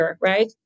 right